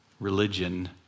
religion